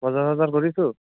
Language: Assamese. বজাৰ চজাৰ কৰিছোঁ